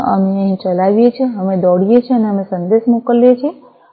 અમે અહીં ચલાવીએ છીએ અમે દોડીએ છીએ અને અમે સંદેશ મોકલીએ છીએ